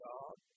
God